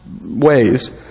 ways